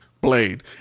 Blade